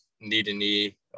knee-to-knee